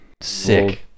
Sick